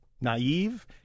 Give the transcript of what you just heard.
naive